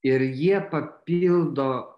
ir jie papildo